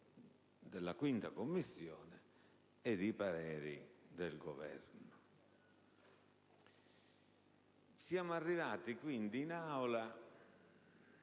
Siamo arrivati quindi in Aula